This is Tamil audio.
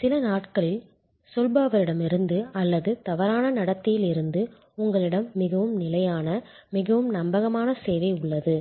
சில நாட்களில் சொல்பவரிடமிருந்து அல்லது தவறான நடத்தையில் இருந்து உங்களிடம் மிகவும் நிலையான மிகவும் நம்பகமான சேவை உள்ளது